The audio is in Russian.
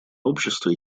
общество